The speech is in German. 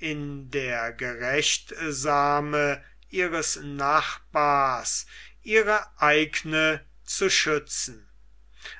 in der gerechtsame ihres nachbars ihre eigene zu schützen